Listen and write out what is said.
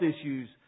issues